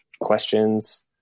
questions